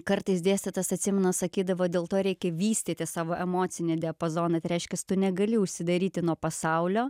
kartais dėstytojas atsimena sakydavo dėl to reikia vystyti savo emocinį diapazoną tai reiškias tu negali užsidaryti nuo pasaulio